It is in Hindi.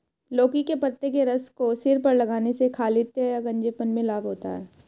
लौकी के पत्ते के रस को सिर पर लगाने से खालित्य या गंजेपन में लाभ होता है